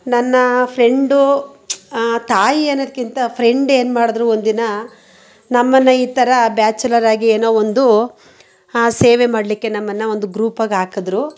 ನನ್ನ ಫ್ರೆಂಡು ತಾಯಿ ಅನ್ನೋದಕ್ಕಿಂತ ಫ್ರೆಂಡ್ ಏನು ಮಾಡಿದ್ರು ಒಂದು ದಿನ ನಮ್ಮನ್ನು ಈ ಥರ ಬ್ಯಾಚುಲರಾಗಿ ಏನೋ ಒಂದು ಸೇವೆ ಮಾಡಲಿಕ್ಕೆ ನಮ್ಮನ್ನು ಒಂದು ಗ್ರೂಪಾಗಿ ಹಾಕಿದ್ರು